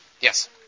Yes